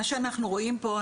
מה שאנחנו רואים פה,